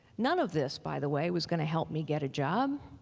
none of this, by the way, was going to help me get a job.